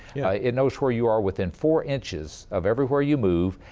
yeah it knows where you are within four inches of everywhere you move.